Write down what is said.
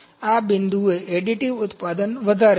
આ બિંદુએ એડિટિવ ઉત્પાદન વધારે છે